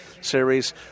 series